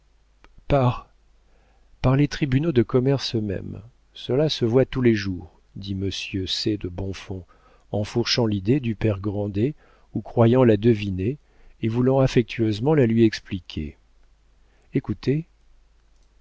par par les tribunaux de commerce eux-mêmes cela se voit tous les jours dit monsieur c de bonfons enfourchant l'idée du père grandet ou croyant la deviner et voulant affectueusement la lui expliquer écoutez